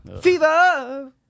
Fever